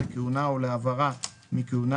לכהונה או להעברה מכהונה,